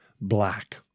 black